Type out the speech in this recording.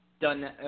done –